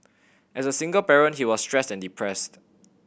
as a single parent he was stressed and depressed